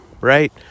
right